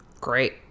Great